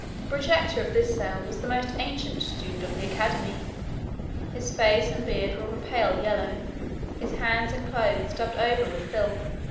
the projector of this cell was the most ancient student of the academy his face and beard were of a pale yellow his hands and clothes daubed over with filth.